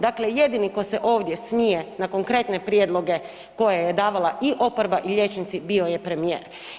Dakle, jedini ko se ovdje smije na konkretne prijedloge koje je davala i oproba i liječnici bio je premijer.